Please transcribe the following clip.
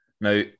now